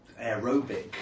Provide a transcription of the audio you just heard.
aerobic